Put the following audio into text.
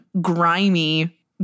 grimy